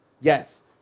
Yes